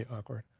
ah awkward.